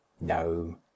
No